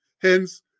Hence